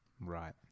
right